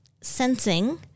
Sensing